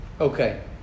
Okay